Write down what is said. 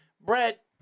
Brett